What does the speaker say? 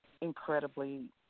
incredibly